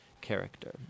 character